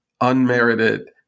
unmerited